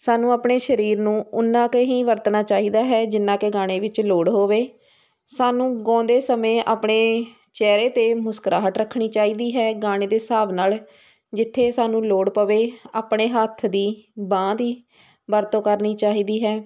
ਸਾਨੂੰ ਆਪਣੇ ਸਰੀਰ ਨੂੰ ਉਨਾ ਕੁ ਹੀ ਵਰਤਣਾ ਚਾਹੀਦਾ ਹੈ ਜਿੰਨਾ ਕੁ ਗਾਣੇ ਵਿੱਚ ਲੋੜ ਹੋਵੇ ਸਾਨੂੰ ਗਾਉਂਦੇ ਸਮੇਂ ਆਪਣੇ ਚਿਹਰੇ 'ਤੇ ਮੁਸਕਰਾਹਟ ਰੱਖਣੀ ਚਾਹੀਦੀ ਹੈ ਗਾਣੇ ਦੇ ਹਿਸਾਬ ਨਾਲ ਜਿੱਥੇ ਸਾਨੂੰ ਲੋੜ ਪਵੇ ਆਪਣੇ ਹੱਥ ਦੀ ਬਾਂਹ ਦੀ ਵਰਤੋਂ ਕਰਨੀ ਚਾਹੀਦੀ ਹੈ